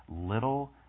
little